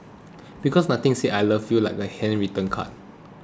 because nothing says I love you like a handwritten card